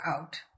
out